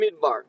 Midbar